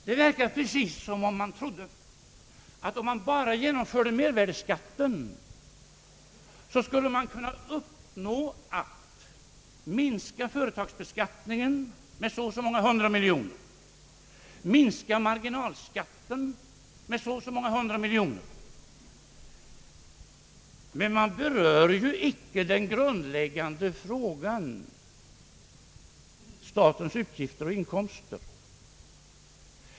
Det verkar som om man trodde att man genom att genomföra en mervärdeskatt skulle kunna åstadkomma en minskning av = företagsbeskattningen med så och så många hundra miljoner kronor och en minskning av marginalskatten med så och så många hundra miljoner kronor. Däremot berör man inte den grundläggande frågan, nämligen statens inkomster och utgifter.